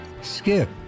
Skip